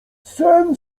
sen